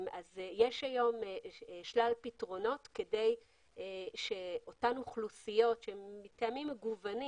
יש היום שלל פתרונות כדי שאותן אוכלוסיות שמטעמים מגוונים